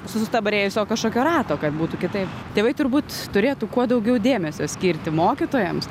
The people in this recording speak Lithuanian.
sustabarėjusio kažkokio rato kad būtų kitaip tėvai turbūt turėtų kuo daugiau dėmesio skirti mokytojams